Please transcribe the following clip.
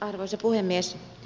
arvoisa puhemies